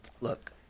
look